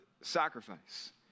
sacrifice